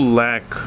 lack